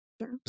Sure